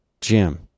Jim